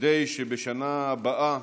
כדי שבשנה הבאה